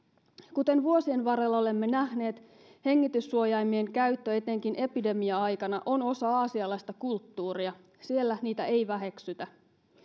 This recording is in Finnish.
kuten vuosien varrella olemme nähneet hengityssuojaimien käyttö etenkin epidemia aikana on osa aasialaista kulttuuria siellä niitä ei väheksytä